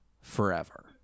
forever